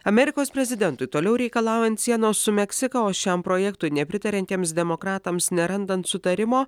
amerikos prezidentui toliau reikalaujant sienos su meksika o šiam projektui nepritariantiems demokratams nerandant sutarimo